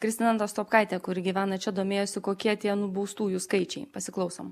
kristina nastopkaitė kuri gyvena čia domėjosi kokie tie nubaustųjų skaičiai pasiklausom